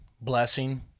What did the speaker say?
blessing